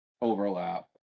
overlap